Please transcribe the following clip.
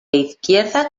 izquierda